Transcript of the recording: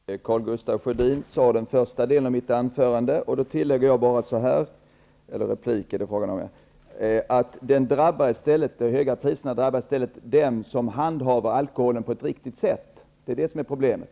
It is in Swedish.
Herr talman! Karl Gustaf Sjödin sade vad jag hade tänkt anföra i den första delen av min replik. Då tillägger jag bara att de höga priserna i stället drabbar den som handhar alkoholen på ett riktigt sätt; det är det som är problemet.